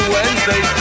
Wednesday